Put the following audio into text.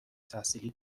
تحصیلی